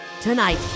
Tonight